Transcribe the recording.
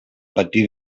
patir